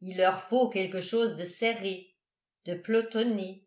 il leur faut quelque chose de serré de pelotonné